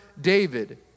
David